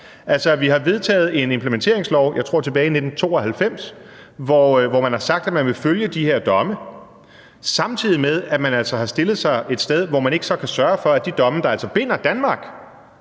Vi har vedtaget en implementeringslov – jeg tror, det var tilbage i 1992 – hvor man har sagt, at man vil følge de her domme, samtidig med at man altså har stillet sig et sted, hvor man så ikke kan sørge for, at de domme, der altså binder Danmark,